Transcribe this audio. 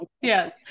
Yes